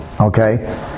okay